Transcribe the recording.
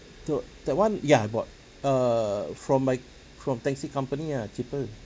so that one ya I bought err from my from taxi company ah cheaper